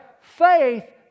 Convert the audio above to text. faith